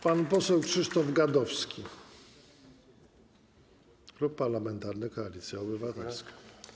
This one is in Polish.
Pan poseł Krzysztof Gadowski, Klub Parlamentarny Koalicja Obywatelska.